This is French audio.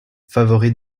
favori